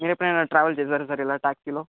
మీరెప్పుడైనా ట్రావెల్ చేశారా సార్ ఇలా ట్యాక్సీలో